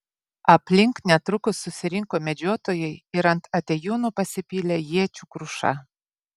aplink netrukus susirinko medžiotojai ir ant atėjūnų pasipylė iečių kruša